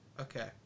Okay